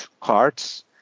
cards